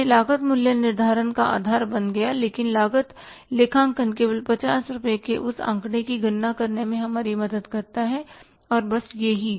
इसलिए लागत मूल्य निर्धारण का आधार बन गया लेकिन लागत लेखांकन केवल 50 रुपये के उस आंकड़े की गणना करने में हमारी मदद करता है और बस यह ही